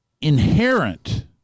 inherent